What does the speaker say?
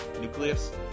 nucleus